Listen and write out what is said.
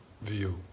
view